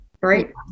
right